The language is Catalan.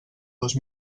dos